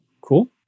Cool